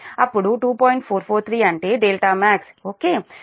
443 అంటే δmax okay మీ minus 0